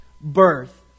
birth